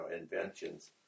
inventions